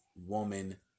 woman